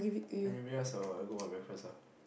I need rest a while I go for breakfast ah